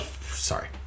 sorry